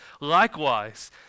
Likewise